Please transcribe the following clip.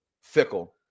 fickle